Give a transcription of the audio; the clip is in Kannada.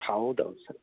ಹೌದೌದು ಸರ್